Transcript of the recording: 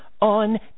on